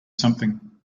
something